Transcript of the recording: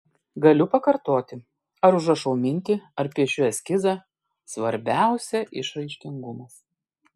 galiu pakartoti ar užrašau mintį ar piešiu eskizą svarbiausia išraiškingumas